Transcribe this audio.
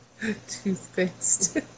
Toothpaste